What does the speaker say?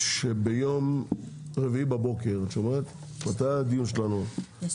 שביום רביעי בבוקר, ב-8:30 אנחנו נעשה